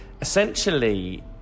essentially